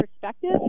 perspective